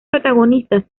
protagonistas